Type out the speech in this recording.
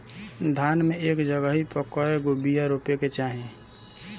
धान मे एक जगही पर कएगो बिया रोपे के चाही?